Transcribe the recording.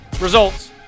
results